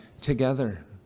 together